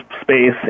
space